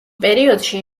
პერიოდში